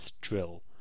Drill